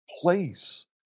place